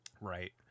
right